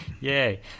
Yay